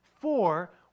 four